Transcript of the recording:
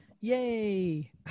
yay